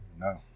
No